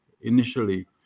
initially